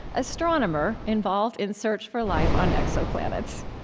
astronomer involved in search for life on exoplanets.